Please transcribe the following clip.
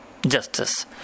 justice